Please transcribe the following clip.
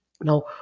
Now